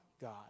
God